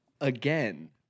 Again